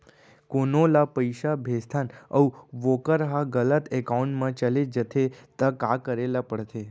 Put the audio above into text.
कोनो ला पइसा भेजथन अऊ वोकर ह गलत एकाउंट में चले जथे त का करे ला पड़थे?